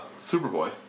Superboy